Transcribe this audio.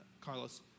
Carlos